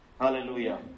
Hallelujah